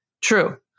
True